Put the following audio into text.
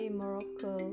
morocco